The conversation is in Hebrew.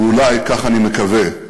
ואולי, כך אני מקווה,